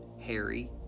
Harry